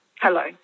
Hello